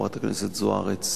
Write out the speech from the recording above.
חברת הכנסת זוארץ.